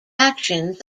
actions